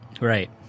Right